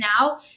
now